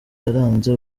yaranze